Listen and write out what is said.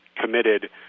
committed